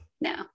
no